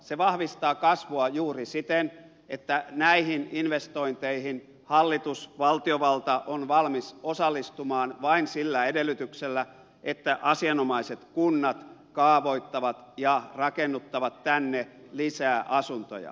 se vahvistaa kasvua juuri siten että näihin investointeihin hallitus valtiovalta on valmis osallistumaan vain sillä edellytyksellä että asianomaiset kunnat kaavoittavat ja rakennuttavat tänne lisää asuntoja